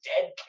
dead